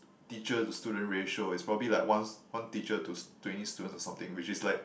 teacher to student ratio it's probably like once one teacher to twenty students or something which is like